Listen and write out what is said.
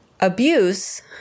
Abuse